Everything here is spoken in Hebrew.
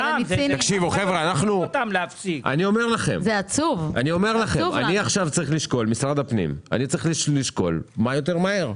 משרד הפנים, אני עכשיו צריך לשקול מה יותר מהר.